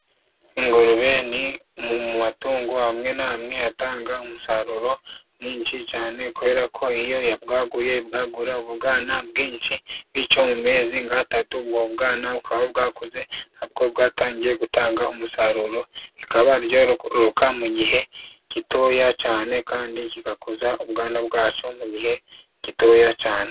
Ingurube ni mu matungo amwe n'amwe atanga umusaruro mwinshi cyane, kubera ko iyo ibwaguye, ibwagura ubwana bwinshi. Bityo mu mezi nk'atatu ubwo bwanaba bukaba bwakuze na bwo bwatangiye gutanga umusaruro. Rikaba ryororoka mu gihe gitoya cane kandi kigakuza ubwana bwaco mu gihe gitoya cane.